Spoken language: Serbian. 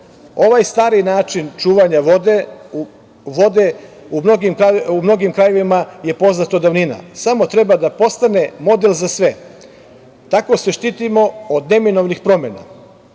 ovaj stari način čuvanja vode u mnogim krajevima je poznat od davnina. Samo treba da postane model za sve. Tako se štitimo od neminovnih